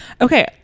Okay